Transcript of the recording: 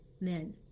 men